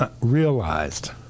realized